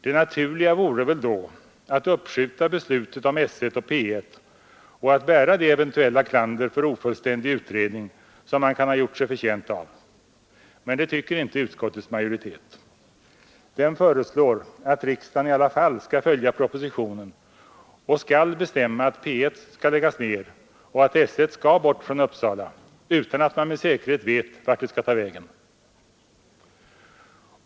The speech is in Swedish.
Det naturliga vore då att uppskjuta beslutet om S 1 och P 1 och att bära det eventuella klander för ofullständig utredning som man kan ha gjort sig förtjänt av. Men det tycker inte utskottets majoritet. Den föreslår att riksdagen i alla fall skall följa propositionen och bestämma att P 1 skall läggas ned och att § 1 skall bort från Uppsala, utan att man med säkerhet vet vart det skall ta vägen.